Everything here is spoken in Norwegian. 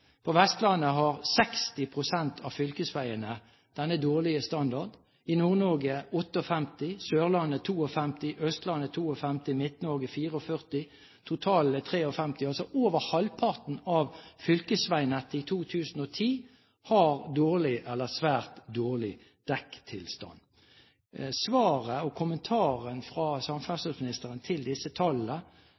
På Vestlandet har 60 pst. av fylkesveiene denne dårlige standarden, i Nord-Norge 58 pst., Sørlandet 52 pst., Østlandet 52 pst. og Midt-Norge 44 pst. Totalen er 53 pst. Altså har over halvparten av fylkesveinettet i 2010 dårlig eller svært dårlig dekketilstand. Svaret og kommentaren fra samferdselsministeren til disse tallene,